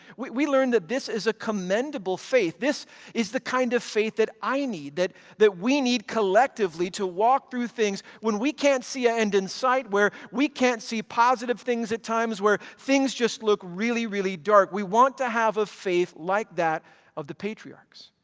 we we learned that this is a commendable faith. this is the kind of faith that i need, that that we need collectively to walk through things when we can't see an ah end in sight. where we can't see positive things at times, where things just look really really dark. we want to have a faith like that of the patriarchs,